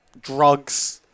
drugs